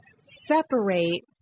separate